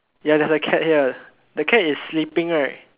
ya there's a cat here the cat is sleeping right